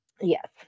yes